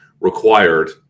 required